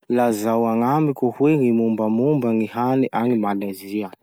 Lazao agnamiko hoe gny mombamomba gny hany agny Malezia?